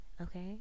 okay